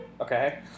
Okay